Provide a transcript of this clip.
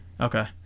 Okay